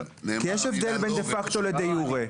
יש הבדל בין דה פקטו לדה יורה.